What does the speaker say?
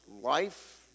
life